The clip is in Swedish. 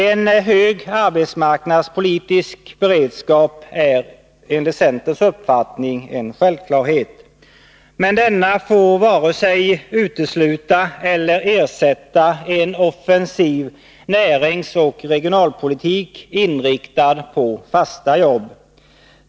En hög arbetsmarknadspolitisk beredskap är en självklarhet. Men denna får varken utesluta eller ersätta en offensiv näringsoch regionalpolitik inriktad på fasta jobb.